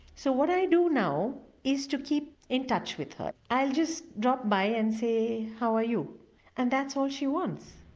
so what i do now is to keep in touch with her, i'll just drop by and say how are you and that's all she wants,